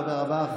תודה רבה.